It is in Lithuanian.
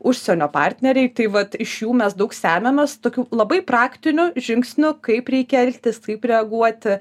užsienio partneriai tai vat iš jų mes daug semiamės tokių labai praktinių žingsnių kaip reikia elgtis kaip reaguoti